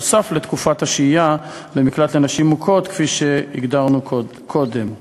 נוסף על תקופת השהייה במקלט לנשים מוכות כפי שהגדרנו קודם.